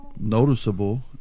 noticeable